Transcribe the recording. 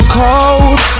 cold